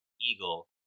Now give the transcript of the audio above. eagle